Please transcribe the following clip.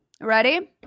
Ready